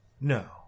no